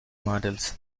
models